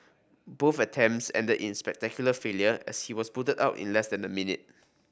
both attempts ended in spectacular failure as he was booted out in less than a minute